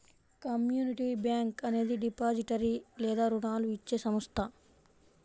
community bank అనేది depository లేదా రుణాలు ఇచ్చే సంస్థ